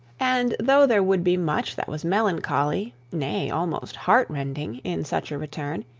and though there would be much that was melancholy, nay, almost heartrending, in such a return,